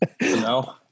No